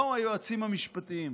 באו היועצים המשפטיים.